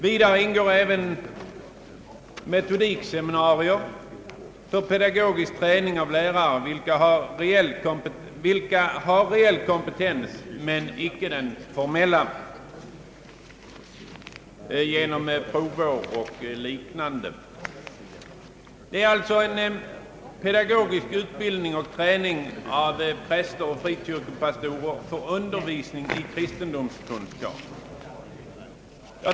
Vidare ingår metodikseminarier för pedagogisk träning av lärare som har reell kompetens, men icke den formella genom provår och liknande. Det är alltså fråga om pedagogisk utbildning och träning av präster och frikyrkopastorer för undervisning i kristendomskunskap.